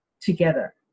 together